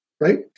right